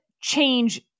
change